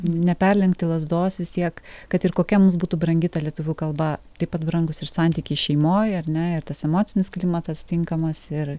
neperlenkti lazdos vis tiek kad ir kokia mums būtų brangi ta lietuvių kalba taip pat brangūs ir santykiai šeimoj ar ne ir tas emocinis klimatas tinkamas ir